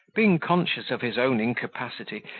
being conscious of his own incapacity,